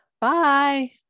bye